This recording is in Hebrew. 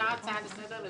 ההצעה התקבלה פה אחד.